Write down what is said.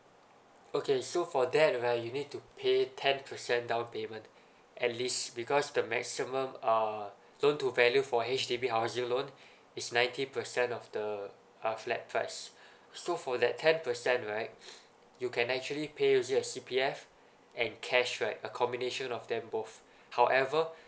okay so for that right you need to pay ten percent down payment at least because the maximum uh loan to value for H_D_B housing loan is ninety percent of the uh flat price so for that ten percent right you can actually pay using your C_P_F and cash right a combination of them both however